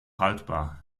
haltbar